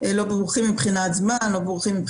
הן מאנשי